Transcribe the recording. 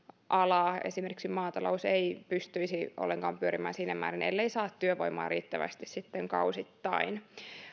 ala esimerkiksi maatalous ei pystyisi ollenkaan pyörimään siinä määrin ellei saisi työvoimaa riittävästi kausittain